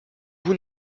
vous